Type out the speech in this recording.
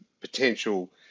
potential